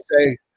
say